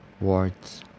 words